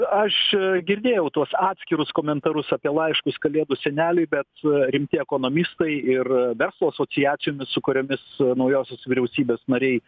aš girdėjau tuos atskirus komentarus apie laiškus kalėdų seneliui bet rimti ekonomistai ir verslo asociacijomis su kuriomis naujosios vyriausybės nariai